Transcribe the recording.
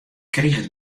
kriget